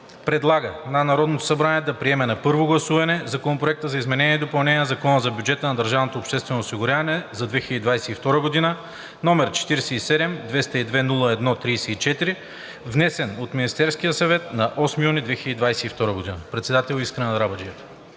предлага на Народното събрание да приеме на първо гласуване Законопроект за изменение и допълнение на Закона за бюджета на държавното обществено осигуряване за 2022 г., № 47 202-01-34, внесен от Министерския съвет на 8 юни 2022 г.“ ПРЕДСЕДАТЕЛ НИКОЛА МИНЧЕВ: